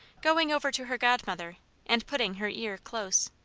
going over to her godmother and putting her ear close.